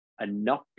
enough